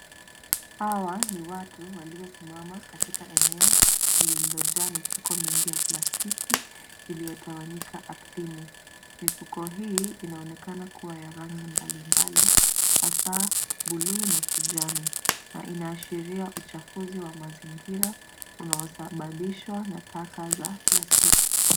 Hawa ni watu waliosimama katika eneo lililojaa mifuko mingi ya plastiki iliyotawanyika ardhini mifuko hii inaonekana kuwa ya rangi mbali mbali hasa buluu na kijani na inaashiria uchafuzi wa mazingira unaosababishwa na taka za plastiki.